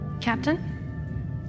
Captain